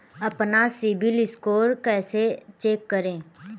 अपना सिबिल स्कोर कैसे चेक करें?